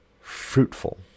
fruitful